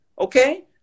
okay